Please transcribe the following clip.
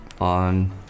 ...on